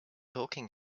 talking